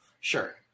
sure